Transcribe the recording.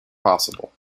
possible